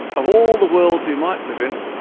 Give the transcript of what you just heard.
of all the worlds we might live in,